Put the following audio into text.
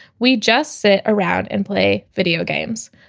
we just sit around and play video games.